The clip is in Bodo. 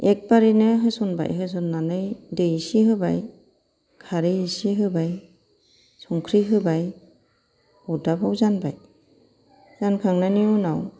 एखबारेनो होसनबाय होसन्नानै दै एसे होबाय खारै एसे होबाय संख्रि होबाय अदाबाव जानबाय जानखांनायनि उनाव